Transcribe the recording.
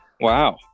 Wow